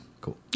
cool